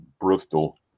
bristol